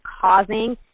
causing